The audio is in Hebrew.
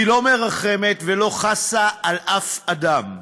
היא לא מרחמת ולא חסה על אף אדם,